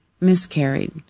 miscarried